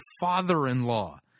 father-in-law